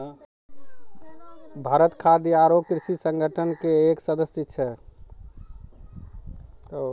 भारत खाद्य आरो कृषि संगठन के एक सदस्य छै